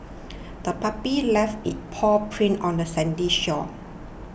the puppy left its paw prints on the sandy shore